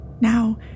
Now